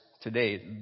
today